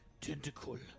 tentacle